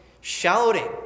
shouting